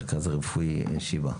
המרכז הרפואי שיבא.